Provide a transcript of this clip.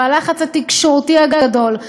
והלחץ התקשורתי הגדול,